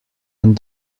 and